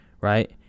right